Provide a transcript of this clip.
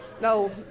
No